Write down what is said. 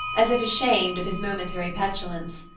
as if ashamed of his momentary petulance.